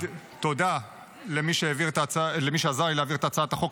אני רוצה להגיד תודה למי שעזר לי להעביר את הצעת החוק,